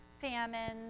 famines